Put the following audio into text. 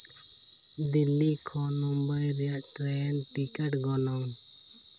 ᱫᱤᱞᱞᱤ ᱠᱷᱚᱱ ᱢᱩᱢᱵᱟᱭ ᱨᱮᱭᱟᱜ train ticket ᱜᱚᱱᱚᱝ